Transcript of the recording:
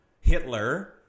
hitler